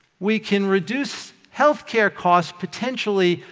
we can reduce healthcare costs, potentially,